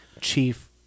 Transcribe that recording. Chief